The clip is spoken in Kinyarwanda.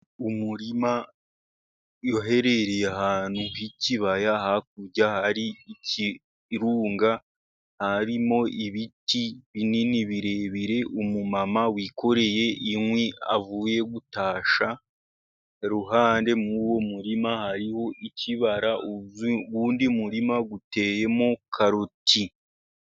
Umurima uherereye ahantu h'ikibaya, hakurya hari ikirunga, harimo ibiti binini birebire, umumama wikoreye inkwi avuye gutashya, iruhande rw'uwo murima hariho ikibara, uwundi murima uteyemo karoti.